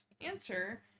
answer